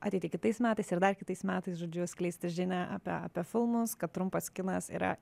ateiti kitais metais ir dar kitais metais žodžiu skleisti žinią apie apie filmus kad trumpas kinas yra